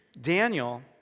Daniel